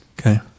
okay